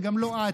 וגם לא את,